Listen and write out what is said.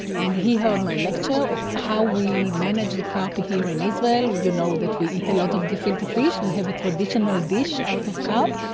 and he heard my lecture of how we manage the carp here in israel. you know that we eat a lot of gefilte fish, we have a traditional dish out of carp,